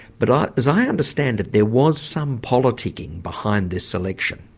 but as i understand it, there was some politicking behind this selection.